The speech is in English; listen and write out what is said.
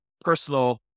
personal